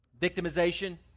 victimization